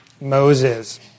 Moses